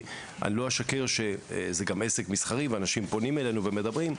אני לא אשקר שזה גם עסק מסחרי ואנשים פונים אלינו ומדברים,